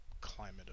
Climate